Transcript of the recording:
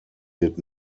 did